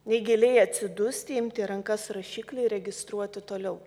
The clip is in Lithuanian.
nei giliai atsidusti imti į rankas rašiklį registruoti toliau